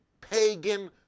pagan